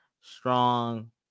strong